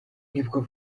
nibwo